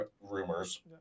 rumors